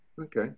Okay